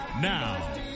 Now